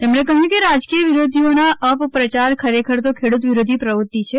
તેમણે કહ્યું કે રાજકીય વિરોધીઓનો અપપ્રચાર ખરેખર તો ખેડૂત વિરોધી પ્રવૃતિ છે